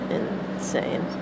insane